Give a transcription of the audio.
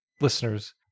listeners